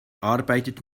arbeitet